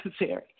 necessary